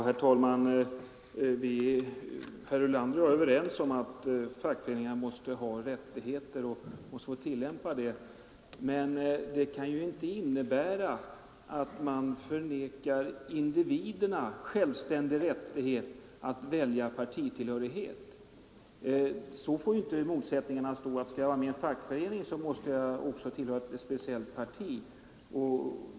Herr talman! Herr Ulander och jag är överens om att fackföreningarna måste ha rättigheter och möjligheter att tillämpa dem. Men det får inte innebära att man förvägrar individerna rätten att självständigt välja partitillhörighet. Så får inte motsättningarna stå att om jag skall vara med i en fackförening, så måste jag tillhöra ett speciellt parti.